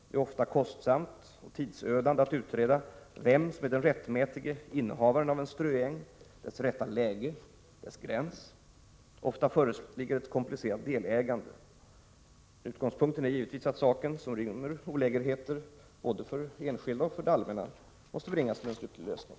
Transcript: Det är ofta kostsamt och tidsödande att utreda vem som är den rättmätiga innehavaren av en ströäng, dess rätta läge och gräns. Ofta föreligger ett komplicerat delägande. Utgångspunkten är givetvis att saken, som rymmer olägenheter för såväl enskilda som det allmänna, måste bringas till en slutlig lösning.